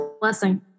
blessing